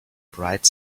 bright